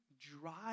drive